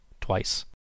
Twice